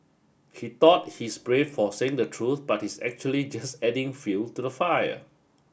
he thought he's brave for saying the truth but he's actually just adding fuel to the fire